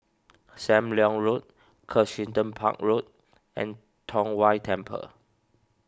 Sam Leong Road Kensington Park Road and Tong Whye Temple